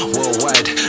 Worldwide